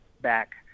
back